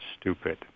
stupid